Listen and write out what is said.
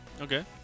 Okay